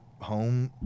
home